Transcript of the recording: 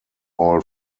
all